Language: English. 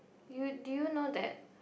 you do you know that